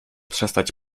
przestać